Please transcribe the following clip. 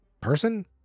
person